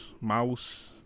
Mouse